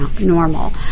normal